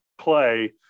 play